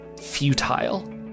futile